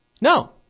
No